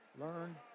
Learn